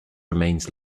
remains